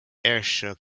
ayrshire